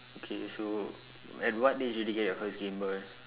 okay so at what age did you get your first gameboy